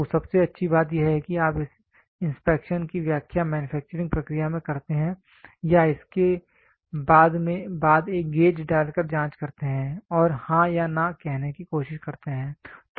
तो सबसे अच्छी बात यह है कि आप इस इंस्पेक्शन की व्याख्या मैन्युफैक्चरिंग प्रक्रिया में करते हैं या इसके बाद एक गेज डालकर जांच करते हैं और हां या ना कहने की कोशिश करते हैं